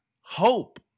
hope